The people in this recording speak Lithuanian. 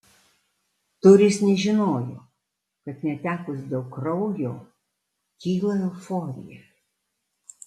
turis nežinojo kad netekus daug kraujo kyla euforija